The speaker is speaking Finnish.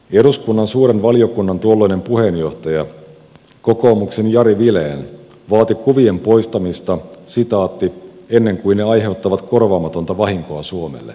eduskunnan suuren valiokunnan tuolloinen puheenjohtaja kokoomuksen jari vilen vaati kuvien poistamista ennen kuin ne aiheuttavat korvaamatonta vahinkoa suomelle